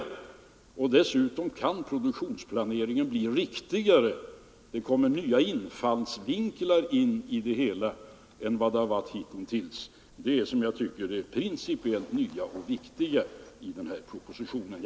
Dessutom kan produktionsplaneringen bli riktigare; det kommer fram nya infallsvinklar, och det är det principiellt nya och riktiga i denna proposition.